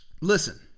listen